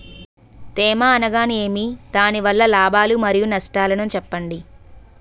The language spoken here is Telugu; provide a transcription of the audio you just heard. తేమ అనగానేమి? దాని వల్ల లాభాలు మరియు నష్టాలను చెప్పండి?